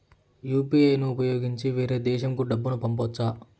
UPI ని ఉపయోగించి వేరే దేశంకు డబ్బును పంపొచ్చా?